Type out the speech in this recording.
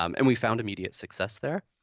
um and we found immediate success there.